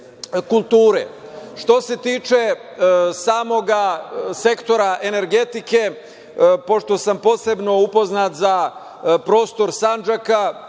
se tiče samog sektora energetike, pošto sam posebno upoznat za prostor Sandžaka,